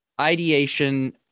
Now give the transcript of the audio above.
ideation